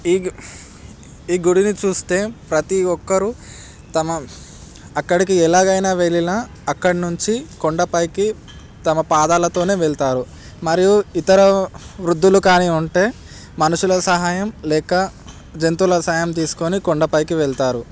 ఈ గు ఈ గుడిని చూస్తే ప్రతి ఒక్కరు తమ అక్కడికి ఎలాగైనా వెళ్ళినా అక్కడి నుంచి కొండపైకి తమ పాదాలతోనే వెళ్తారు మరియు ఇతర వృద్ధులు కానీ ఉంటే మనుషుల సహాయం లేక జంతువుల సహాయం తీసుకుని కొండపైకి వెళ్తారు